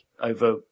over